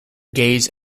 gaze